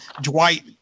Dwight